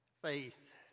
Faith